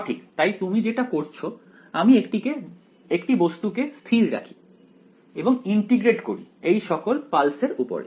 সঠিক তাই তুমি যেটা করছ আমি একটি বস্তুকে স্থির রাখি এবং ইন্টিগ্রেট করি এই সকল পালস এর উপরে